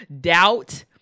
doubt